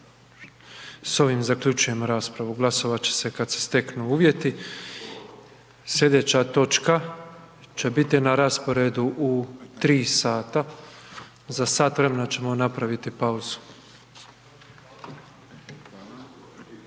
S ovim zaključujem raspravu. Glasovat će se kad se steknu uvjeti. Sljedeća točka će biti na rasporedu u 3 sata. Za sat vremena ćemo napraviti pauzu.